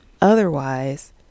Otherwise